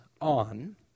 on